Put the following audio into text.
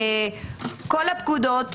"כל הפקודות,